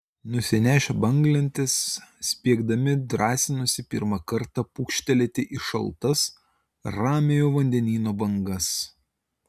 nusinešę banglentes spiegdami drąsinosi pirmą kartą pūkštelėti į šaltas ramiojo vandenyno bangas